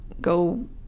go